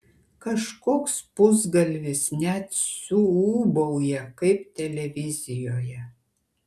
kažkoks pusgalvis net suūbauja kaip televizijoje